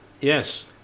Yes